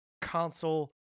console